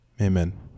Amen